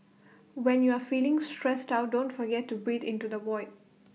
when you are feeling stressed out don't forget to breathe into the void